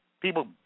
People